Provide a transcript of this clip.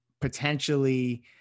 potentially